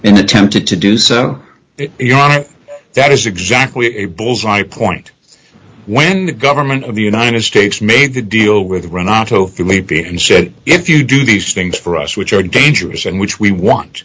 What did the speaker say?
in attempted to do so that is exactly a bull's eye point when the government of the united states made the deal with renato philippe and said if you do these things for us which are dangerous and which we want